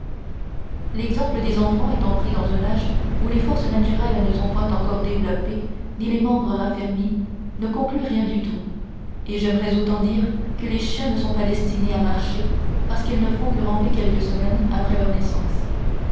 l'exemple des enfants étant pris dans un âge où les forces naturelles ne sont point encore développées ni les membres raffermis ne conclut rien du tout et j'aimerais autant dire que les chiens ne sont pas destinés à marcher parce qu'ils ne font que ramper quelques semaines après leur naissance